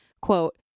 quote